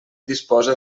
disposa